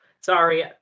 sorry